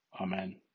Amen